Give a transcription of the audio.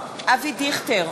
אבי דיכטר,